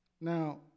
Now